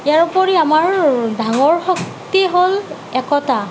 ইয়াৰ উপৰি আমাৰ ডাঙৰ শক্তি হ'ল একতা